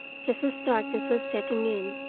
just as darkness was setting in,